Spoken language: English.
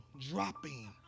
dropping